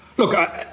Look